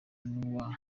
n’uwa